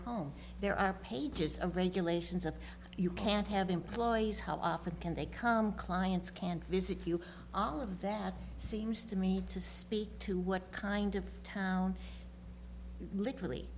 home there are pages of regulations of you can't have employees how often can they come clients can't visit you all of that seems to me to speak to what kind of town literally